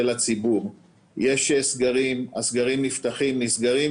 הוא לא נספר במכסה,